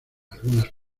algunas